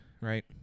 Right